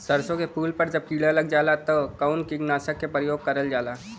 सरसो के फूल पर जब किड़ा लग जाला त कवन कीटनाशक क प्रयोग करल जाला?